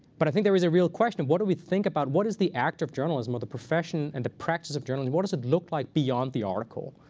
but i think there is a real question of, what do we think about? what is the act of journalism or the profession and the practice of journalism? what does it look like beyond the article?